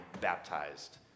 baptized